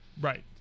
Right